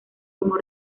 como